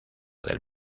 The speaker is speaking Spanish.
del